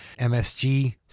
MSG